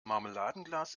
marmeladenglas